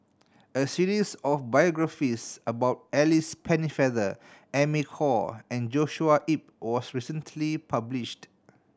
a series of biographies about Alice Pennefather Amy Khor and Joshua Ip was recently published